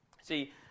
See